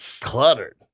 cluttered